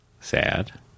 sad